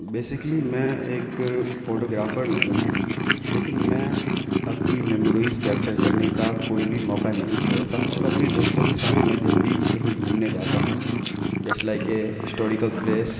basically میں ایک photographer نہیں ہوں لیکن میں اپنی میموریز کیپچر کرنے کا کوئی بھی موقع نہیں چھوڑتا اور اپنے دوستوں کے ساتھ میں جب بھی کہیں گھومنے جاتا ہوں just like a historical place